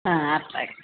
అట్లాగే